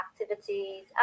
activities